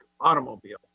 automobile